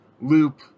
loop